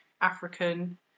African